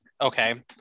Okay